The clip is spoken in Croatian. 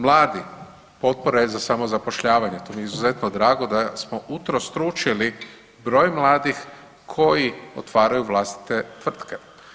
Mladi, potpore za samozapošljavanje, to mi je izuzetno drago da smo utrostručili broj mladih koji otvaraju vlastite tvrtke.